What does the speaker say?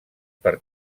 per